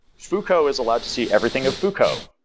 fuko is allowed to see everything of fuko.